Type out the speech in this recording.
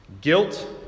Guilt